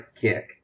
KICK